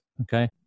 okay